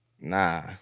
nah